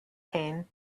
pain